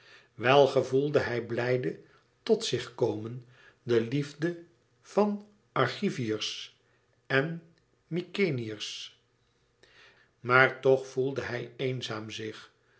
wel gevoelde hij blijde tot zich komen de liefde van argiviërs en mykenæërs maar toch toch voelde hij eenzaam zich